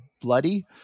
bloody